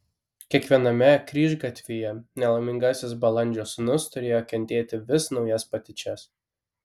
kiekviename kryžgatvyje nelaimingasis balandžio sūnus turėjo kentėti vis naujas patyčias